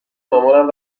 مامانم